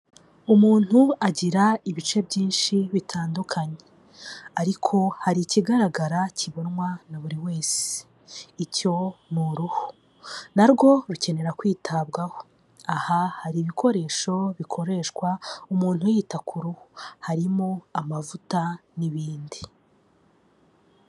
Umuntu agira ibice byinshi bitandukanye, ariko hari ikigaragara kibonwa na buri wese, icyo mu ruhu. Na rwo rukenera kwitabwaho, aha hari ibikoresho bikoreshwa umuntu yita ku ruhu harimo amavuta n'ibindi.